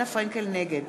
נגד